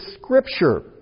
Scripture